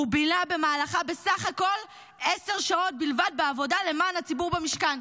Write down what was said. הוא בילה במהלכה בסך הכול עשר שעות בלבד בעבודה למען הציבור במשכן.